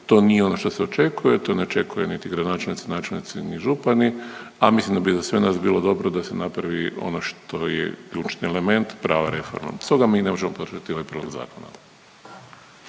to nije ono što se očekuje, to ne očekuje niti gradonačelnici, načelnici ni župani, a mislim da bi za sve nas bilo dobro da se napravi ono što je ključni element, prava reforma, stoga mi ne možemo podržati ovaj prijedlog zakona.